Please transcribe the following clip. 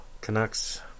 Canucks